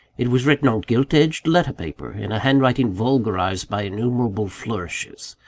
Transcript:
it was written on gilt-edged letter-paper, in a handwriting vulgarised by innumerable flourishes.